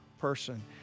person